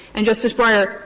and, justice breyer,